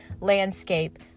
landscape